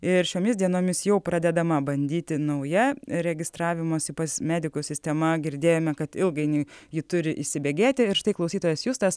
ir šiomis dienomis jau pradedama bandyti nauja registravimosi pas medikus sistema girdėjome kad ilgainiui ji turi įsibėgėti ir štai klausytojas justas